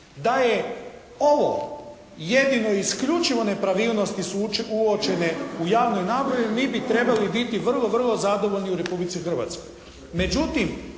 Da je ovo jedino i isključivo nepravilnosti su uočene u javnoj nabavi, mi bi trebali biti vrlo vrlo zadovoljni u Republici Hrvatskoj.